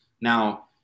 Now